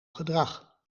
gedrag